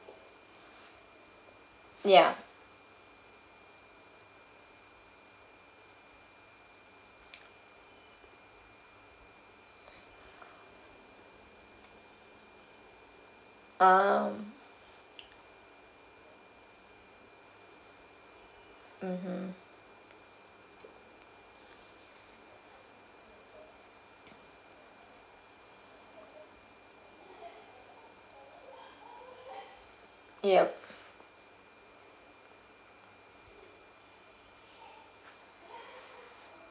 ya um mmhmm yup